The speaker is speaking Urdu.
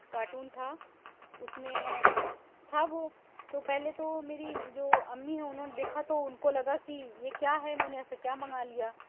کاٹون تھا اُس میں تھا وہ تو پہلے تو میری جو امی ہیں اُنہوں نے دیکھا تو اُن کو لگا کہ یہ کیا ہے میں نے ایسا کیا منگا لیا